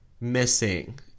missing